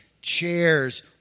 chairs